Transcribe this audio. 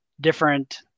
different